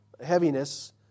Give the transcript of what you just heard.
Heaviness